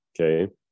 Okay